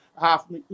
half